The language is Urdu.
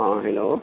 ہاں ہیلو